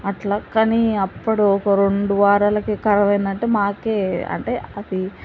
అట్లా కానీ అప్పుడు ఒక రెండు వారాలకే ఖరాబ్ అయింది అంటే మాకే అంటే అది